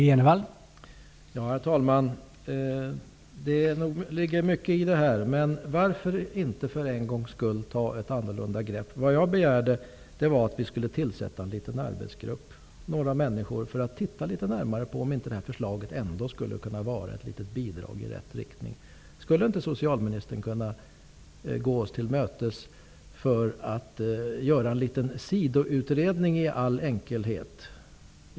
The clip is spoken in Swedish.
Herr talman! Det ligger mycket i det socialministern säger, men varför inte för en gångs skull ta ett annorlunda grepp? Vad jag begärde var att vi skulle tillsätta en liten arbetsgrupp, några människor som kunde titta litet närmare på om inte det här förslaget ändå skulle kunna vara ett litet bidrag i rätt riktning. Skulle inte socialministern kunna gå oss till mötes och ordna med en liten sidoutredning i all enkelhet?